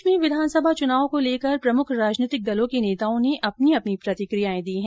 प्रदेश में विधानसभा चुनाव को लेकर प्रमुख राजनीतिक दलों के नेताओं ने अपनी अपनी प्रतिक्रियाएं दी है